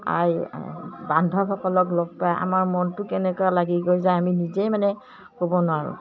আই বান্ধৱসকলক লগ পাই আমাৰ মনটো কেনেকুৱা লাগি যায় আমি নিজেই মানে ক'ব নোৱাৰোঁ